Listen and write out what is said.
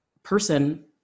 person